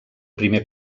primer